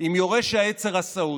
עם יורש העצר הסעודי,